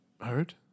hurt